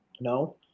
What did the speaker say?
No